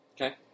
Okay